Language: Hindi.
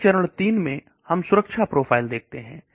फिर चरण 3 में हम सुरक्षा प्रोफाइल देखते हैं